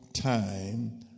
time